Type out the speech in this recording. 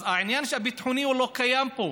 אז העניין הביטחוני לא קיים פה,